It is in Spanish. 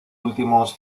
últimos